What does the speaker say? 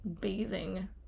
bathing